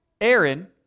Aaron